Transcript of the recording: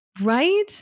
Right